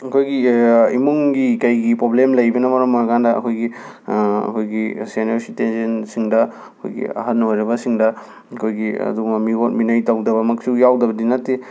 ꯑꯩꯈꯣꯏꯒꯤ ꯏꯃꯨꯡꯒꯤ ꯀꯩꯒꯤ ꯄꯣꯕ꯭ꯂꯦꯝ ꯂꯩꯕꯅ ꯃꯔꯝ ꯑꯣꯏꯔꯀꯥꯟꯗ ꯑꯩꯈꯣꯏꯒꯤ ꯑꯩꯈꯣꯏꯒꯤ ꯁꯦꯅꯔ ꯁꯤꯇꯤꯖꯦꯟꯁꯤꯡꯗ ꯑꯩꯈꯣꯏꯒꯤ ꯑꯍꯜ ꯑꯣꯏꯕꯁꯤꯡꯗ ꯑꯩꯈꯣꯏꯒꯤ ꯑꯗꯨꯒꯨꯝꯕ ꯃꯤꯑꯣꯠ ꯃꯤꯅꯩ ꯇꯧꯗꯕꯃꯛꯁꯨ ꯌꯥꯎꯗꯕꯗꯤ ꯅꯠꯇꯦ